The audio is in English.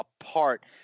apart